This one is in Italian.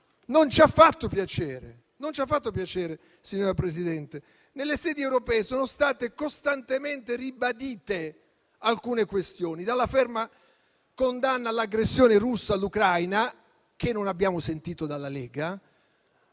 Non ci ha fatto piacere, signora Presidente. Nelle sedi europee sono state costantemente ribadite alcune questioni, dalla ferma condanna all'aggressione russa all'Ucraina, che non abbiamo sentito dalla Lega,